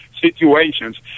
situations